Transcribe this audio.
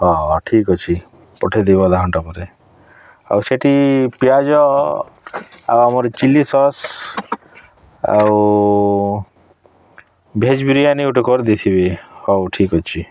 ହଁ ହଁ ଠିକ୍ ଅଛି ପଠେଇଦିଅ ଅଧଘଣ୍ଟା ପରେ ଆଉ ସେଠି ପିଆଜ ଆଉ ଅମାର ଚିଲି ସସ୍ ଆଉ ଭେଜ୍ ବିରିୟାନି ଗୋଟେ କରଦେଇଥିବେ ହେଉ ଠିକ୍ ଅଛି